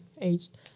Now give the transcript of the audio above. aged